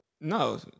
No